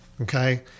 Okay